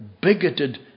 bigoted